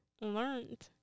Learned